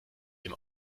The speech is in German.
dem